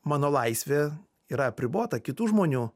mano laisvė yra apribota kitų žmonių